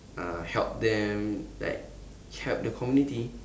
uh help them like help the community